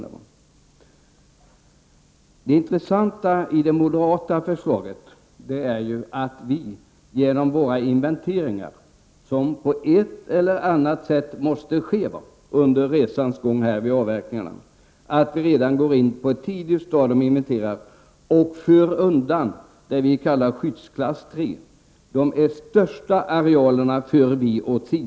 Det som är intressant med det moderata förslaget om inventeringar, som på ett eller annat sätt måste ske under resans gång vid avverkningarna, är att dessa skall ske redan på ett tidigt stadium. På så vis kan man föra undan den mark som vi klassificerar som skyddsklass tre, dvs. de största arealerna.